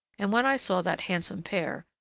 and when i saw that handsome pair,